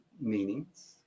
meanings